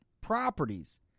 properties